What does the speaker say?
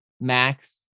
Max